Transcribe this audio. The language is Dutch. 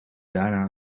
daarna